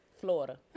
Florida